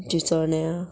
चिंचोण्या